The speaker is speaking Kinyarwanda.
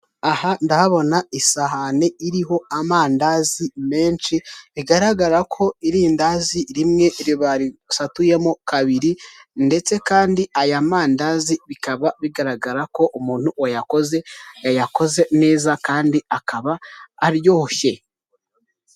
Aha ndahabona isahane iriho amandazi menshi bigaragara ko irindazi rimwe barisatuyemo kabiri ndetse kandi aya mandazi bikaba bigaragara ko umuntu wayakoze yayakoze neza kandi akaba aryoshye.